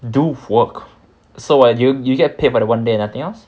do work so what you get paid for the one day and nothing else